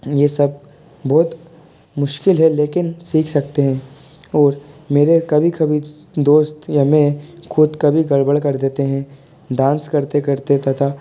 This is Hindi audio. यह सब बहुत मुश्किल है लेकिन सीख सकते हैं और मेरे कभी कभी दोस्त या मैं ख़ुद कभी गड़बड़ कर देते हैं डांस करते करते तथा